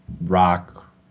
rock